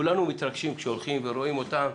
כולנו מתרגשים כשהולכים ורואים אותם,